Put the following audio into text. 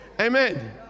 Amen